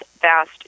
vast